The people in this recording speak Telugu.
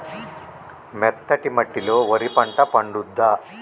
మెత్తటి మట్టిలో వరి పంట పండుద్దా?